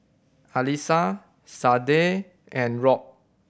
Alissa Sade and Rob